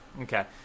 okay